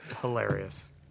hilarious